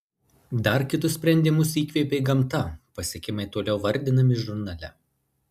dar kitus sprendimus įkvėpė gamta pasiekimai toliau vardinami žurnale